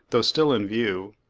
though still in view,